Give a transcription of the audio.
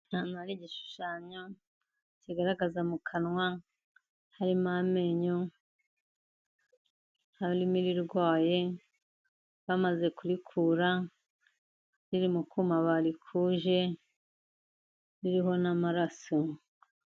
Ahantu hari igishushanyo kigaragaza mu kanwa harimo amenyo, harimo irirwaye bamaze kurikura riri mu kuma barikuje ririho n'amaraso.